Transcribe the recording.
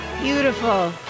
Beautiful